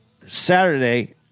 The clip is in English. Saturday